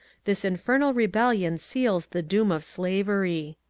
this infernal rebellion seals the doom of slavery.